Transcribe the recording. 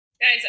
Guys